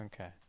Okay